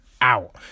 out